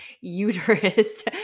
uterus